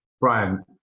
Brian